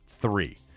three